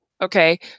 Okay